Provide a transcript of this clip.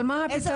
אבל מה הפתרון?